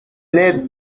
n’est